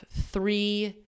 three